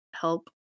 help